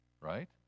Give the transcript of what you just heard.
Right